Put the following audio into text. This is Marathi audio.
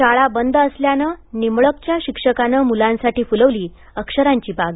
शाळा बंद असल्यानं निंबळकच्या शिक्षकानं मूलांसाठी फूलवली अक्षरांची बाग